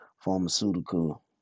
pharmaceutical